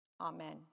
Amen